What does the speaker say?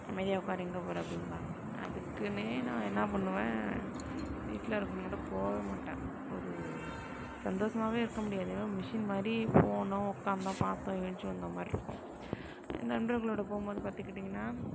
அமைதியாக உட்காரு எங்கே போகிற அப்படிம்பாங்க அதுக்குனே நான் என்ன பண்ணுவேன் வீட்டில் இருக்கறவங்களோட போகவே மாட்டேன் ஒரு சந்தோஷமாகவே இருக்கமுடியாது ஏதோ மிஷின் மாதிரி போனோம் உக்கார்ந்தோம் பார்த்தோம் ஏந்த்ருச்சி வந்தோம் மாதிரி இருக்கும் நண்பர்களோடு போகும்போது பார்த்துக்கிட்டிங்கனா